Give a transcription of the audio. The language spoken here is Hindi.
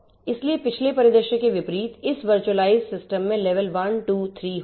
इसलिए पिछले परिदृश्य के विपरीत इस वर्चुअलाइज्ड सिस्टम में लेवल1 2 3 होंगे